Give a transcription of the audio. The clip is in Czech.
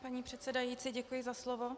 Paní předsedající, děkuji za slovo.